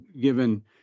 given